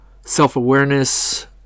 self-awareness